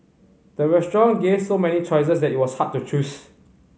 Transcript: the restaurant gave so many choices that it was hard to choose